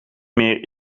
meer